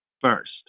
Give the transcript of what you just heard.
first